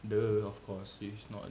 !duh! of course it's not